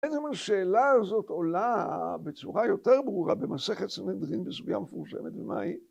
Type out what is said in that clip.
הייתי אומר, שאלה הזאת עולה ‫בצורה יותר ברורה ‫במסכת סנדרין בסביבה מפורשת, ‫ומה היא?